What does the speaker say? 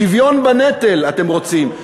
שוויון בנטל אתם רוצים?